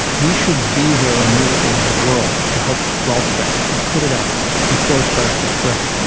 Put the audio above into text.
we should be there immediately as a world to help squelch that, to put it out before it starts to spread.